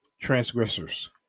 transgressors